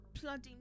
bloody